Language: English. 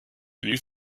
you